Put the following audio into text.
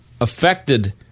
affected